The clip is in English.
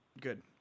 Good